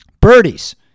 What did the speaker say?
Birdies